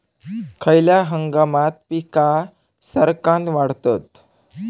खयल्या हंगामात पीका सरक्कान वाढतत?